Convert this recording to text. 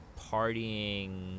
partying